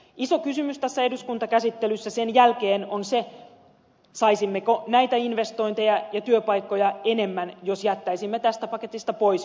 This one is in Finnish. iso kysymys tässä eduskuntakäsittelyssä sen jälkeen on se saisimmeko näitä investointeja ja työpaikkoja enemmän jos jättäisimme tästä paketista pois ydinvoimaratkaisut